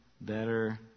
better